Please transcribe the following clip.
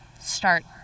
start